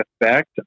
effect